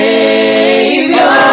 Savior